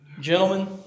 Gentlemen